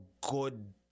good